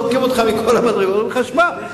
זורקים אותך מכל המדרגות ואומרים לך: תשמע,